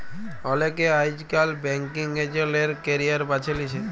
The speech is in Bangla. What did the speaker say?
অলেকে আইজকাল ব্যাংকিং এজেল্ট এর ক্যারিয়ার বাছে লিছে